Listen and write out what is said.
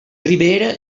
ribera